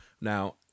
Now